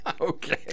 okay